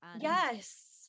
Yes